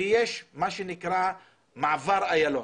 יש מה שנקרא מעבר איילון,